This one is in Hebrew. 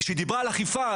כשחוה דיברה על אכיפה,